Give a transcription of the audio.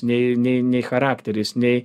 nei nei nei charakteris nei